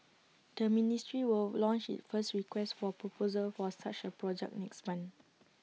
the ministry will launch its first request for proposal for such A project next month